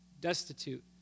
destitute